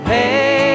Hey